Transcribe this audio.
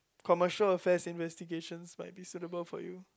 commercial affairs investigation might be suitable for you